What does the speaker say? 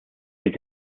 mit